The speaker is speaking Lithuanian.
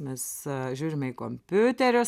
mes žiūrime į kompiuterius